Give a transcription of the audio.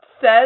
says